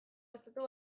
estatu